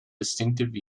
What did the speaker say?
distinctive